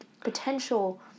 potential